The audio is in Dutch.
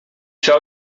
zou